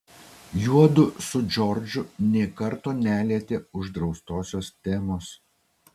juodu su džordžu nė karto nelietė uždraustosios temos